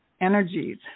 energies